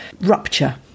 rupture